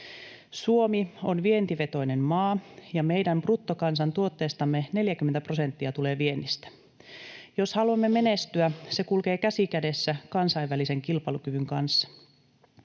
Suomi on vientivetoinen maa, ja meidän bruttokansantuotteestamme 40 prosenttia tulee viennistä. Jos haluamme menestyä, se kulkee käsi kädessä kansainvälisen kilpailukyvyn kanssa.